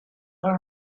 her